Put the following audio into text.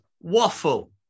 Waffle